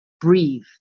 breathe